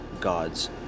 God's